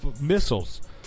missiles